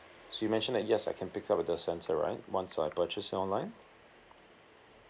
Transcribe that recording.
so you mentioned that yes I can pick it up at the centre right once I purchased it online